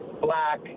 Black